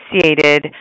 associated